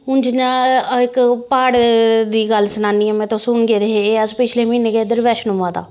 हून जियां इक प्हाड़ दी गल्ल सनानी आं में तुसें हून गेदे हे पिछले म्हीने गै इद्धर बैष्णो माता